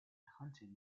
hunting